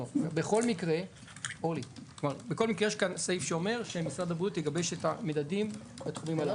בכל מקרה יש כאן סעיף שאומר שמשרד הבריאות יגבש את המדדים בתחומים הללו.